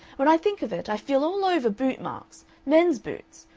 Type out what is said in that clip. when i think of it i feel all over boot marks men's boots.